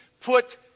put